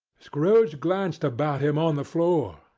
scrooge glanced about him on the floor,